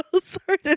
sorry